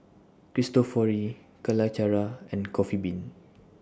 Cristofori Calacara and Coffee Bean